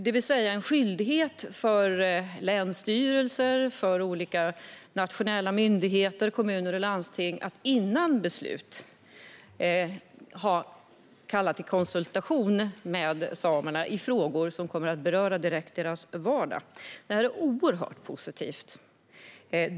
Den medför en skyldighet för nationella myndigheter, länsstyrelser, kommuner och landsting att före beslut kalla till konsultation med samerna i frågor som berör deras vardag. Detta är mycket positivt.